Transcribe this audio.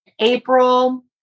April